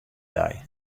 dei